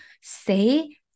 say